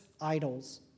idols